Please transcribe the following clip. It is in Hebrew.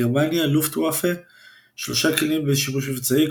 גרמניה גרמניה – לופטוואפה – 3 כלים בשימוש מבצעי,